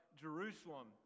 Jerusalem